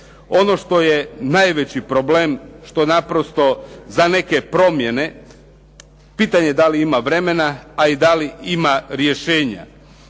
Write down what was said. Ono što je najveći problem, što naprosto za neke promjene pitanje da li ima vremena, a i da li ima rješenja.